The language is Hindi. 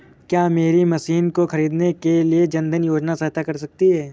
क्या मेरी मशीन को ख़रीदने के लिए जन धन योजना सहायता कर सकती है?